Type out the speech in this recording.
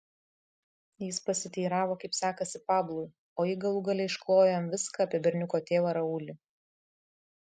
jis pasiteiravo kaip sekasi pablui o ji galų gale išklojo jam viską apie berniuko tėvą raulį